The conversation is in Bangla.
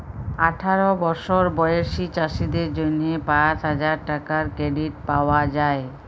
আঠার বসর বয়েসী চাষীদের জ্যনহে পাঁচ হাজার টাকার কেরডিট পাউয়া যায়